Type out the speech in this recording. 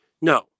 No